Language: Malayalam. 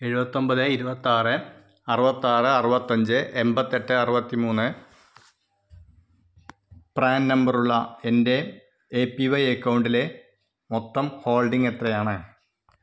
എഴുപത്തൊമ്പത് ഇരുപത്താറ് അറുപത്താറ് അറുപത്തഞ്ച് എൺപത്തെട്ട് അറുപത്തിമൂന്ന് പ്രാൻ നമ്പർ ഉള്ള എൻ്റെ എ പി വൈ അക്കൗണ്ടിലെ മൊത്തം ഹോൾഡിംഗ് എത്രയാണ്